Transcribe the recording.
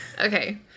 Okay